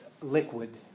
liquid